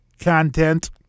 content